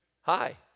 Hi